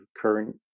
current